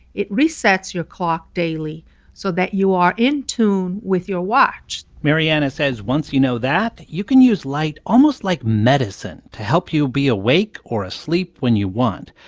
it resets your clock daily so that you are in tune with your watch mariana says once you know that, you can use light almost like medicine to help you be awake or asleep when you want.